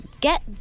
get